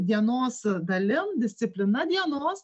dienos dalim disciplina dienos